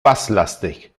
basslastig